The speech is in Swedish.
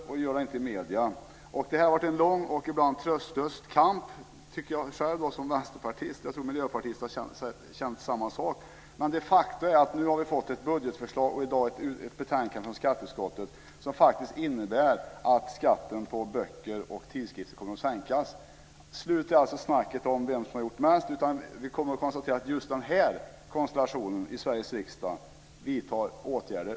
Jag tycker själv som vänsterpartist att det har varit en lång och ibland tröstlös kamp, och jag tror att man också i Miljöpartiet har känt detsamma, men i dag har vi de facto fått ett budgetförslag och ett betänkande från skatteutskottet som innebär att skatten på böcker och tidskrifter kommer att sänkas. Talet om vem som har gjort mest är nu slut. Vi kan konstatera att den nuvarande konstellationen i Sveriges riksdag vidtar åtgärder.